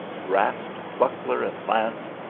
grasped buckler and lance,